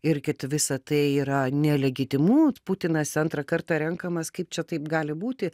ir kad visa tai yra nelegitimu putinas antrą kartą renkamas kaip čia taip gali būti